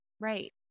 Right